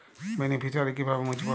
Beneficiary কিভাবে মুছব?